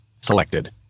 Selected